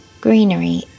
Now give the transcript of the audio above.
Greenery